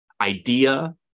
idea